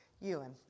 Ewan